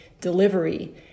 delivery